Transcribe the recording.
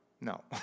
No